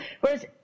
Whereas